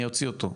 אני אוציא אותו,